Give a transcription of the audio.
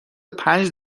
پنج